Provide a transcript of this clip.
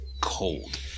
cold